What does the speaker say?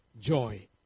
joy